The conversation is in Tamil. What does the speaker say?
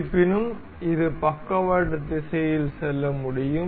இருப்பினும் இது பக்கவாட்டு திசையில் செல்ல முடியும்